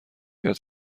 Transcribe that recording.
کرد